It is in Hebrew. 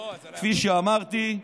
כפי שאמרתי,